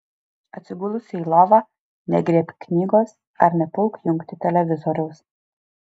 atsigulusi į lovą negriebk knygos ar nepulk jungti televizoriaus